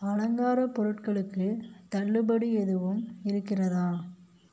அலங்கார பொருட்களுக்கு தள்ளுபடி எதுவும் இருக்கிறதா